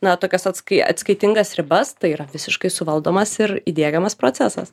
na tokias atskai atskaitingas ribas tai yra visiškai suvaldomas ir įdiegiamas procesas